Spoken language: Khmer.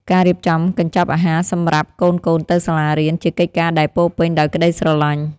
ការរៀបចំកញ្ចប់អាហារសម្រាប់កូនៗទៅសាលារៀន ជាកិច្ចការដែលពោរពេញដោយក្តីស្រឡាញ់។